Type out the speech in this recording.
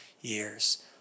years